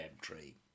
tree